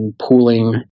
pooling